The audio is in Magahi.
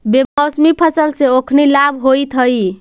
बेमौसमी फसल से ओखनी लाभ होइत हइ